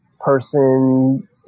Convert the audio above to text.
person